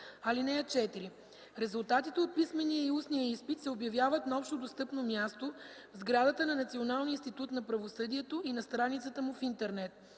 съвет. (4) Резултатите от писмения и устния изпит се обявяват на общодостъпно място в сградата на Националния институт на правосъдието и на страницата му в интернет.